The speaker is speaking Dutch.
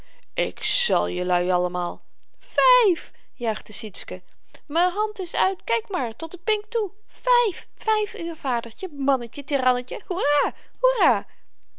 ik zal jelui allemaal vyf juichte sietske m'n hand is uit kyk maar tot den pink toe vyf vyf uur vadertje mannetje